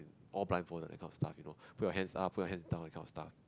all blindfolded that kind of stuff you know put your hands up put your hands down that kind of stuff